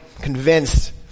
convinced